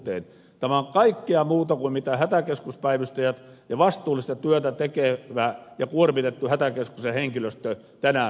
tämä on kaikkea muuta kuin mitä hätäkeskuspäivystäjät ja vastuullista työtä tekevä ja kuormitettu hätäkeskuksen henkilöstö tänään tarvitsee